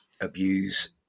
abuse